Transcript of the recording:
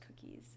cookies